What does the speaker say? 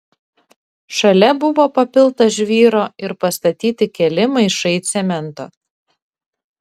šalia buvo papilta žvyro ir pastatyti keli maišai cemento